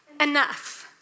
enough